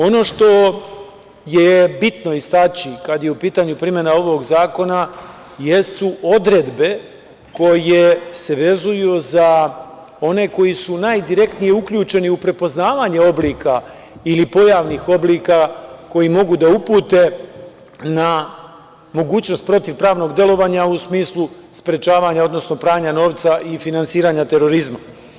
Ono što je bitno istaći kada je u pitanju primena ovog zakona jesu odredbe koje se vezuju za one koji su najdirektnije uključeni u prepoznavanje oblika ili pojavnih oblika koji mogu da upute na mogućnost protivpravnog delovanja u smislu sprečavanja, odnosno pranja novca i finansiranja terorizma.